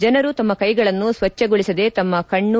ಜನರು ತಮ್ಮ ಕೈಗಳನ್ನು ಸ್ವಚ್ದಗೊಳಿಸದೇ ತಮ್ಮ ಕಣ್ಣು